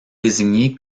désigné